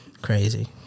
Crazy